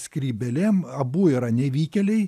skrybėlėm abu yra nevykėliai